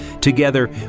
Together